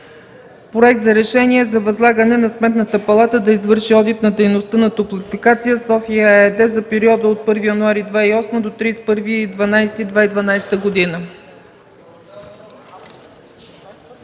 Проект за решение за възлагане на Сметната палата да извърши Одит на дейността на „Топлофикация София” ЕАД за периода от 1 януари 2008 г. до